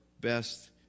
best